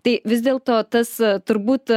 tai vis dėlto tas turbūt